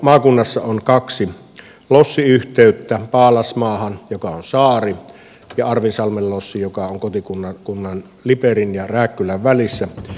maakunnassa on myös kaksi lossiyhteyttä paalasmaahan joka on saari ja arvinsalmen lossi joka on kotikunnan liperin ja rääkkylän välissä